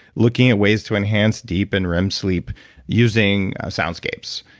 looking at ways to enhance deep and rem sleep using soundscapes.